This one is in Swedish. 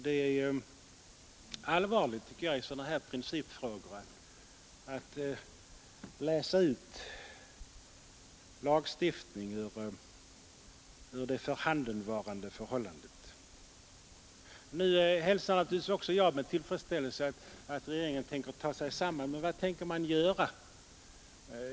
Det är allvarligt, tycker jag, att i sådana här principfrågor låta lagstiftningen ledas av förhandenvarande förhållande. Nu hälsar naturligtvis också jag med tillfredsställelse att regeringen ämnar ta sig samman. Men vad tänker man göra?